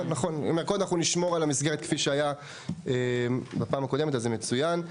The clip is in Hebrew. נשמור על המסגרת כפי שהיה בפעם הקודמת; זה מצוין.